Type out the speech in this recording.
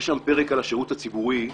יש שם פרק על השירות הציבורי,